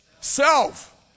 Self